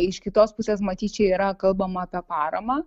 iš kitos pusės matyt čia yra kalbama apie paramą